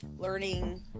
learning